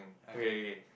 okay okay